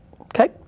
Okay